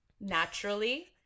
Naturally